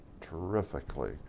terrifically